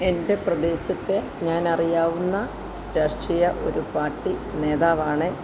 എൻ്റെ പ്രദേശത്ത് ഞാൻ അറിയാവുന്ന രാഷ്ട്രീയ ഒരു പാർട്ടി നേതാവാണ്